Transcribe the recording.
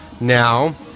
now